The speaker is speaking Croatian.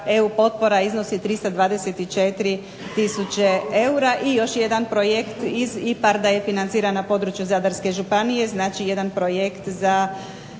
EU potpora iznosi 324 tisuće eura i još jedan projekt iz IPARD-a je financiran na području Zadarske županije znači jedan projekt s